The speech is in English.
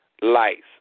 lights